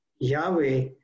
Yahweh